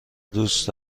دوست